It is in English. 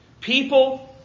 People